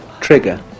Trigger